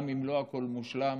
גם אם לא הכול בה מושלם,